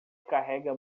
carrega